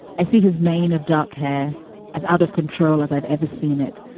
i see his main of dark hair as out-of-control as i've ever seen it.